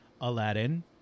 Aladdin